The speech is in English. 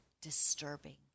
disturbing